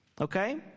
Okay